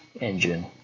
engine